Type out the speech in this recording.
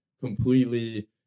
completely